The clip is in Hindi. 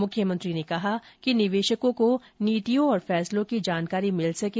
मुख्यमंत्री ने कहा कि निवेशकों को नीतियों और फैसलों की जानकारी मिल सके